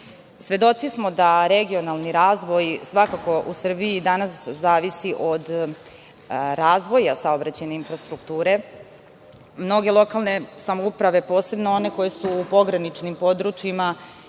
danas. Svedoci smo da regionalni razvoj svakako u Srbiji danas zavisi od razvoja saobraćajne infrastrukture. Mnoge lokalne samouprave, posebno one koje su pograničnim područjima,